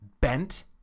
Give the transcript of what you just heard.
bent